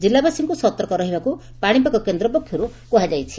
ଜିଲ୍ଲାବାସୀଙ୍କୁ ସତର୍କ ରହିବାକୁ ପାଶିପାଗ କେନ୍ଦ୍ର ପକ୍ଷରୁ କୁହାଯାଇଛି